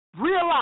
Realize